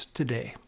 today